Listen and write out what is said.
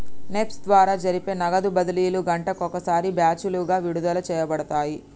NEFT ద్వారా జరిపే నగదు బదిలీలు గంటకు ఒకసారి బ్యాచులుగా విడుదల చేయబడతాయి